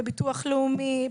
בביטוח לאומי,